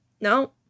No